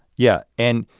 yeah and